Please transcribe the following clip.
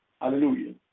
Hallelujah